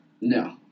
No